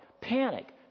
panic